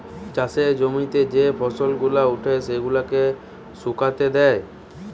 চাষের জমিতে যে ফসল গুলা উঠে সেগুলাকে শুকাতে দেয়